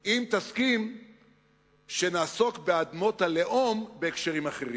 אם תסכים שנעסוק באדמות הלאום בהקשרים אחרים.